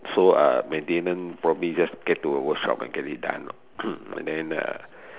so uh maintenance probably just get to a workshop and I get it done lor and then the